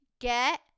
get